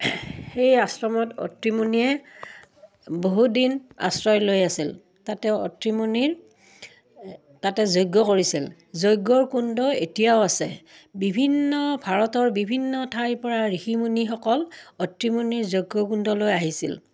সেই আশ্ৰমত অত্ৰিমুণীয়ে বহুত দিন আশ্ৰয় লৈ আছিল তাতে অত্ৰিমুণিৰ তাতে যজ্ঞ কৰিছিল যজ্ঞৰ কুণ্ড এতিয়াও আছে বিভিন্ন ভাৰতৰ বিভিন্ন ঠাইৰ পৰা ঋষিমুনিসকল অত্ৰিমুণিৰ যজ্ঞ কুণ্ডলৈ আহিছিল